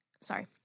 Sorry